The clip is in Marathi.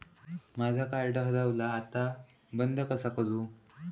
माझा कार्ड हरवला आता बंद कसा करू?